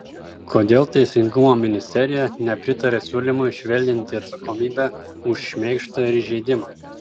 kodėl teisingumo ministerija nepritaria siūlymui švelninti atsakomybę už šmeižtą ir įžeidimą